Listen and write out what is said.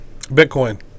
Bitcoin